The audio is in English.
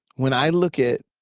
when i look at